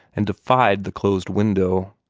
and defied the closed window.